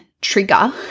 trigger